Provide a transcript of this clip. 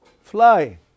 Fly